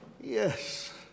yes